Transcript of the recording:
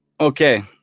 Okay